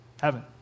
Heaven